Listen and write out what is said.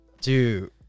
Dude